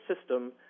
system